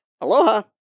Aloha